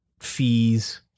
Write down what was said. fees